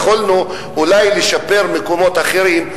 ויכולנו אולי לשפר מקומות אחרים.